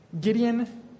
Gideon